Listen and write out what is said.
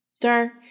Dark